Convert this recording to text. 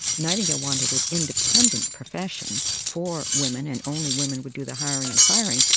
nightingale wanted an independent profession for women and only women would do the hiring and firing,